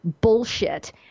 bullshit